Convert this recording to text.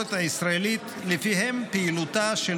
בתקשורת הישראלית שלפיהם פעילותה של